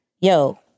yo